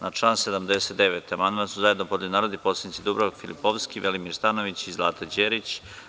Na član 79. amandman su zajedno podneli narodni poslanici Dubravka Filipovski, Velimir Stanojević i Zlata Đerić.